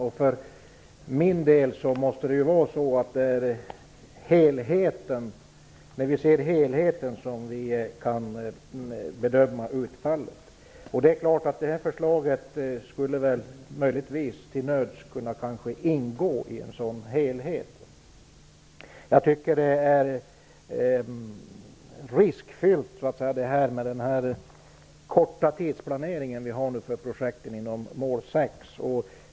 Jag tror för min del att det är när vi ser helheten som vi kan bedöma utfallet. Detta förslag skulle möjligtvis till nöds kunna ingå i en sådan helhet. Jag tycker att det är riskfyllt att vi har så kort tid för planering av projekten inom mål 6.